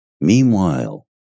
Meanwhile